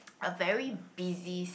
a very busy city